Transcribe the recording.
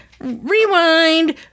Rewind